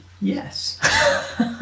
Yes